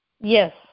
Yes